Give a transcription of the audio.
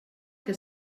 que